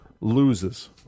loses